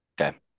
Okay